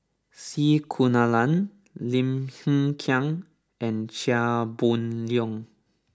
C Kunalan Lim Hng Kiang and Chia Boon Leong